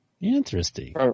Interesting